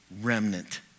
remnant